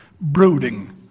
brooding